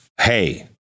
hey